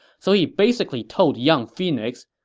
so he basically told young phoenix,